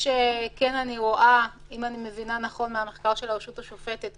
אם אני מבינה נכון מהמחקר של הרשות השופטת,